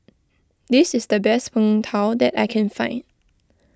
this is the best Png Tao that I can find